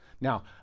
Now